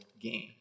game